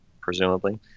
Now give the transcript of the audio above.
presumably